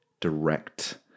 direct